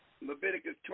Leviticus